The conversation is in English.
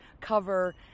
cover